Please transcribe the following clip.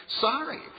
Sorry